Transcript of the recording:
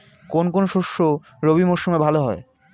কোন কোন শস্য রবি মরশুমে ভালো হয়?